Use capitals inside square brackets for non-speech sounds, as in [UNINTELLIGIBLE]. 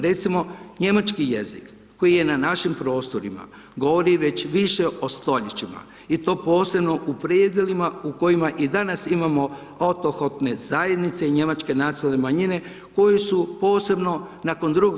Recimo, njemački jezik koji je na našim prostorima, govori već više od stoljeća i to posebno u predjelima u kojima i danas imamo… [UNINTELLIGIBLE] zajednice i njemačke nacionalne manjine koje su posebno nakon II.